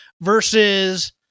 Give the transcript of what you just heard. versus